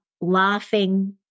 laughing